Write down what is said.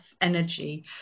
energy